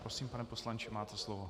Prosím, pane poslanče, máte slovo.